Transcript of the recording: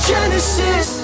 Genesis